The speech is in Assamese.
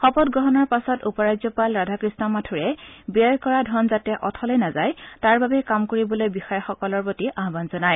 শপত গ্ৰহণৰ পাছত উপ ৰাজ্যপাল ৰাধাকৃষ্ণ মাথূৰে ব্যয় কৰা ধন যাতে অথলে নাযায় তাৰ বাবে কাম কৰিবলৈ বিষয়াসকলৰ প্ৰতি আহান জনায়